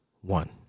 one